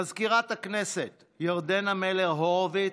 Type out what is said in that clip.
מזכירת הכנסת ירדנה מלר-הורוביץ,